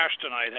tonight